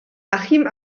achim